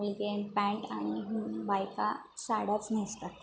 मुलगे पॅन्ट आणि आणि बायका साड्याच नेसतात